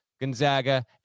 Gonzaga